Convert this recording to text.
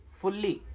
fully